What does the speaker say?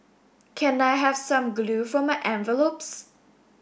can I have some glue for my envelopes